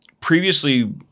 previously